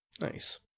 Nice